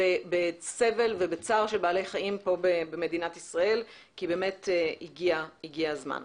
בסבל ובצער של בעלי חיים במדינת ישראל כי באמת הגיע הזמן.